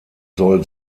soll